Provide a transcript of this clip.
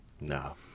No